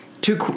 two